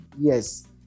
Yes